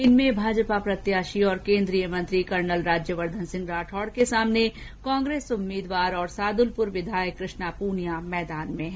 इनमें भाजपा प्रत्याशी और केन्द्रीय मंत्री कर्नल राज्यवर्धन सिंह राठौड़ के सामने कांग्रेस उम्मीदवार और सादुलपुर विधायक कृष्णा पूनिया मैदान में है